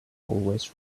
always